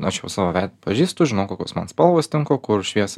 aš jau savo veidą pažįstu žinau kokios man spalvos tinka o kur šviesa